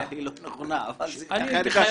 אולי היא לא נכונה, אבל כך הבנתי.